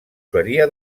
seria